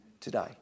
today